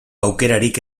aukerarik